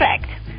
perfect